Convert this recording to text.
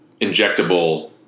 injectable